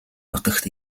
нутагт